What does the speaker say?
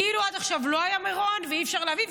כאילו עד עכשיו לא היה מירון ואי-אפשר להביא,